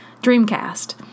Dreamcast